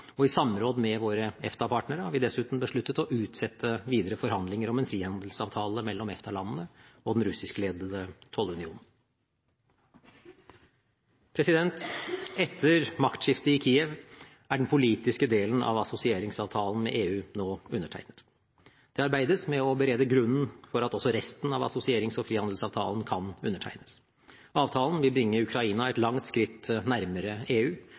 tiltak. I samråd med våre EFTA-partnere har vi dessuten besluttet å utsette videre forhandlinger om en frihandelsavtale mellom EFTA-landene og den russiskledede tollunionen. Etter maktskiftet i Kiev er den politiske delen av assosieringsavtalen med EU nå undertegnet. Det arbeides med å berede grunnen for at også resten av assosierings- og frihandelsavtalen kan undertegnes. Avtalen vil bringe Ukraina et langt skritt nærmere EU